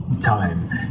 time